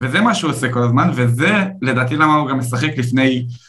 וזה מה שהוא עושה כל הזמן, וזה לדעתי למה הוא גם משחק לפני.